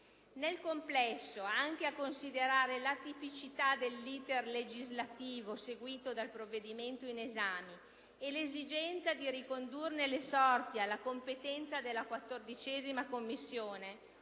Nel complesso, anche a considerare l'atipicità dell'*iter* legislativo seguito dal provvedimento in esame e l'esigenza di ricondurne le sorti alla competenza della 14ª Commissione